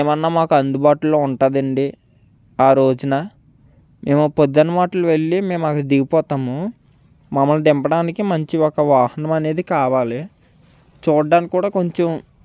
ఏమన్నా మాకు అందుబాటులో ఉంటుందండి ఆరోజున మేము పొద్దున్న మాట్లు వెళ్లి మేము అక్కడ దిగిపోతాము మమ్మల్ని దింపడానికి మంచి ఒక వాహనం అనేది కావాలి చూడడం కూడా కొంచెం